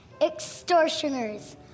extortioners